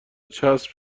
چسب